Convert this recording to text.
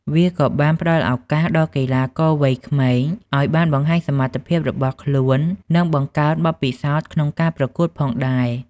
វាក៏បានផ្តល់ឱកាសដល់កីឡាករវ័យក្មេងឲ្យបានបង្ហាញសមត្ថភាពរបស់ខ្លួននិងបង្កើនបទពិសោធន៍ក្នុងការប្រកួតផងដែរ។